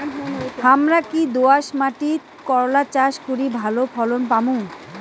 হামরা কি দোয়াস মাতিট করলা চাষ করি ভালো ফলন পামু?